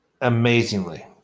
amazingly